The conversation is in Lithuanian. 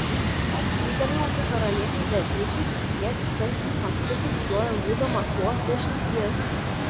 tuometei nyderlandų karalienei beatričei kaunietis stasys makštutis grojo būdamas vos dešimties